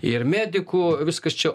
ir medikų viskas čia